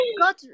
God